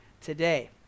today